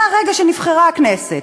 מהרגע שנבחרה הכנסת,